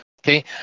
Okay